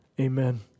Amen